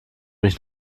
mich